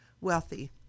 wealthy